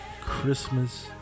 Christmas